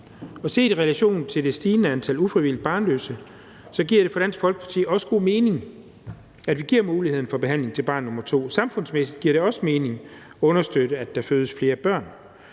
og set i relation til det stigende antal ufrivilligt barnløse giver det for Dansk Folkeparti også god mening, at vi giver muligheden for behandling til barn nr. 2. Samfundsmæssigt giver det også mening at understøtte, at der fødes flere børn,